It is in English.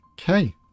Okay